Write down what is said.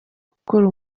gukora